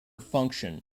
function